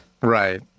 Right